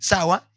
Sawa